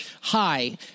hi